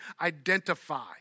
identify